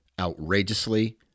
outrageously